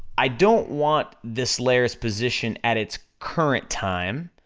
i don't want this layer's position at it's current time,